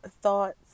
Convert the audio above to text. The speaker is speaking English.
thoughts